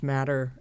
Matter